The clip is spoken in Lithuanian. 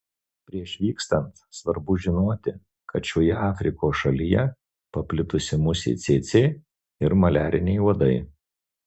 prieš vykstant svarbu žinoti kad šioje afrikos šalyje paplitusi musė cėcė ir maliariniai uodai